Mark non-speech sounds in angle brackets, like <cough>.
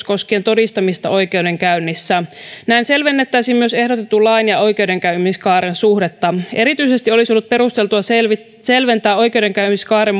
<unintelligible> koskien todistamista oikeudenkäynnissä näin selvennettäisiin myös ehdotetun lain ja oikeudenkäymiskaaren suhdetta erityisesti olisi ollut perusteltua selventää oikeudenkäymiskaaren <unintelligible>